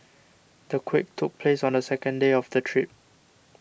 the quake took place on the second day of the trip